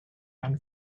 and